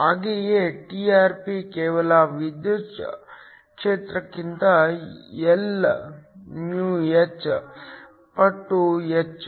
ಹಾಗೆಯೇ Trp ಕೇವಲ ವಿದ್ಯುತ್ ಕ್ಷೇತ್ರಕ್ಕಿಂತ Lυh ಪಟ್ಟು ಹೆಚ್ಚು